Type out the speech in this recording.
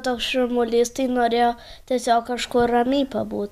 toks šurmulys tai norėjo tiesiog kažkur ramiai pabūt